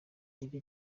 ngire